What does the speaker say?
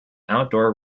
outdoor